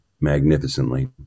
magnificently